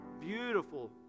beautiful